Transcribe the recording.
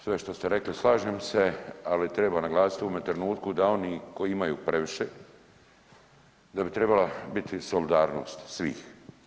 Sve što ste rekli slažem se, ali treba naglasiti u ovome trenutku da oni koji imaju previše da bi trebala biti solidarnost svih.